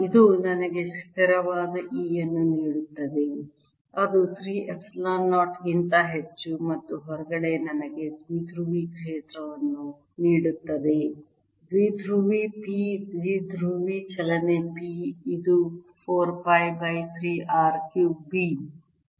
ಇದು ನನಗೆ ಸ್ಥಿರವಾದ e ಅನ್ನು ನೀಡುತ್ತದೆ ಅದು 3 ಎಪ್ಸಿಲಾನ್ 0 ಕ್ಕಿಂತ ಹೆಚ್ಚು ಮತ್ತು ಹೊರಗಡೆ ನನಗೆ ದ್ವಿಧ್ರುವಿ ಕ್ಷೇತ್ರವನ್ನು ನೀಡುತ್ತದೆ ದ್ವಿಧ್ರುವಿ p ದ್ವಿಧ್ರುವಿ ಚಲನೆ p ಇದು 4 pi by 3 r cubed b